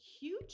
huge